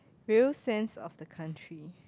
real sense of the country